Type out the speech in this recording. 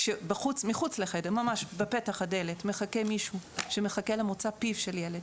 כשמחוץ לחדר ממש בפתח הדלת מחכה מישהו שמחכה למוצא פיו של ילד,